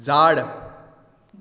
झाड